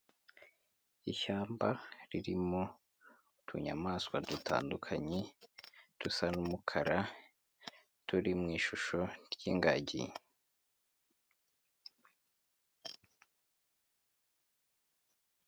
Ishyamba ririmo utunyamaswa dutandukanye dusa n'umukara, turi mu ishusho ry'ingagi.